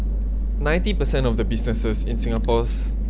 ninety percent of the businesses in singapore's